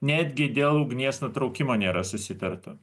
netgi dėl ugnies nutraukimo nėra susitarta